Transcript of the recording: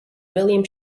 william